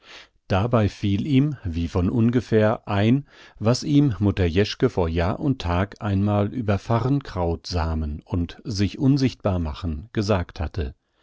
dabei fiel ihm wie von ungefähr ein was ihm mutter jeschke vor jahr und tag einmal über farrnkrautsamen und sich unsichtbar machen gesagt hatte